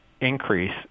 increase